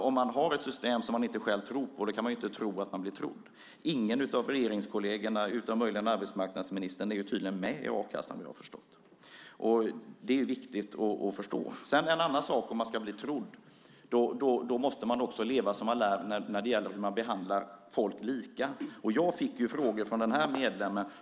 Om man har ett system som man inte själv tror på kan man inte tro att man blir trodd. Ingen av regeringskollegerna, utom möjligen arbetsmarknadsministern, är tydligen med i a-kassan i dag såvitt jag har förstått. Det är viktigt att förstå. Om man ska bli trodd måste man också leva som man lär och behandla människor lika. Jag fick frågor från den här medlemmen.